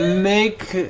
make